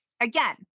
again